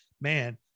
man